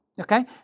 Okay